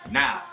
now